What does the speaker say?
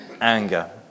anger